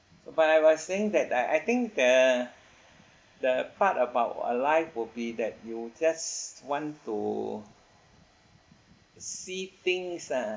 by by saying that uh I think the the part about alive will be that you just want to see things ah